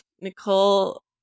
Nicole